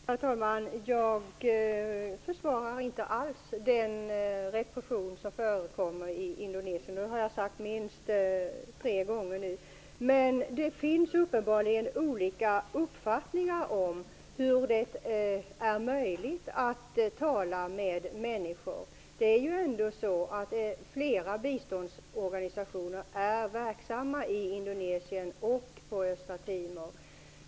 Herr talman! Jag försvarar inte alls den repression som förekommer i Indonesien. Det har jag sagt minst tre gånger nu. Men det finns uppenbarligen olika uppfattningar om vad det är möjligt att tala med människor om. Flera biståndsorganisationer är verksamma i Indonesien och på Östra Timor.